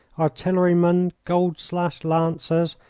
artillerymen, gold-slashed lancers,